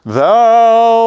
thou